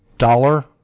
Dollar